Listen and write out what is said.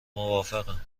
موافقم